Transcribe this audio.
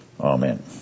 Amen